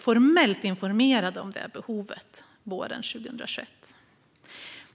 formellt informerade om behovet av detta våren 2021.